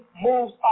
moves